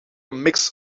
mix